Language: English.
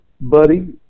Buddy